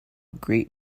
great